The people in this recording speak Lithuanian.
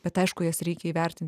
bet aišku jas reikia įvertinti